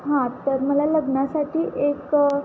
हां तर मला लग्नासाठी एक